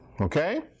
Okay